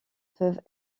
peuvent